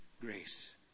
grace